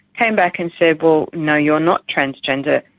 came back and said, well, no, you're not transgender,